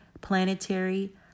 planetary